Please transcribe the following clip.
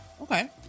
Okay